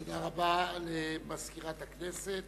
התש"ע 2010, מאת חברת הכנסת